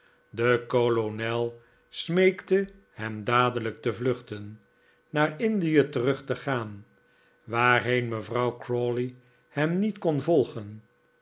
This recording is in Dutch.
de kolonel smeekte hem dadelijk te vluchten naar indie terug te gaan waarheen mevrouw crawley hem niet kon volgen